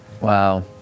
Wow